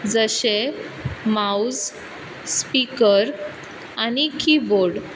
जशें मावज स्पीकर आनी किबोर्ड